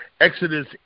Exodus